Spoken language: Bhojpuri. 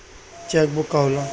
चेक बुक का होला?